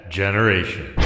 generation